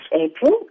April